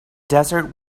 desert